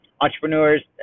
Entrepreneurs